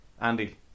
Andy